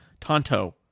Tonto